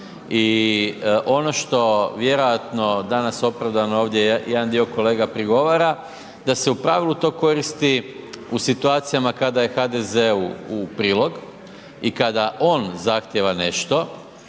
I ono što vjerojatno danas opravdano ovdje jedan dio kolega prigovara, da se u pravilu to koristi u situacijama kada je HDZ-u u prilog i kada on zahtjeva nešto,